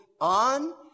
on